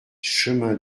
chemin